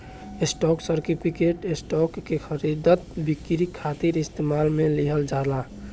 stock certificate, stock के खरीद बिक्री खातिर इस्तेमाल में लिहल जाला